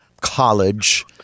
college